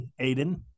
Aiden